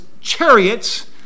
chariots